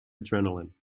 adrenaline